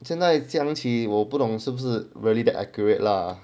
现在想起我不懂是不是 really that accurate lah